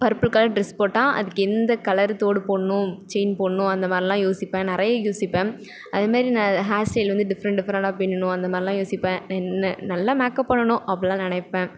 purple colour dress போட்டால் அதுக்கு எந்த கலரு தோடு போடணும் செயின் போடணும் அந்தமாதிரிலாம் யோசிப்பேன் நெறைய யோசிப்பேன் அதுமாதிரி ஹேர் ஸ்டைல் வந்து டிஃப்ரெண்ட் டிஃப்ரெண்ட்டாக பின்னனும் அந்தமாதிரிலாம் யோசிப்பேன் என்ன நல்லா மேக்கப் பண்ணணும் அப்புடிலாம் நினைப்பேன்